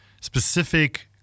specific